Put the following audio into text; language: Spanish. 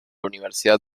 universidad